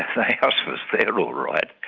the house was there all right,